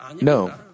No